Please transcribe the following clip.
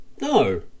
No